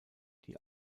die